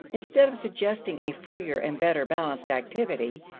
instead of suggesting a freer and better balanced activity,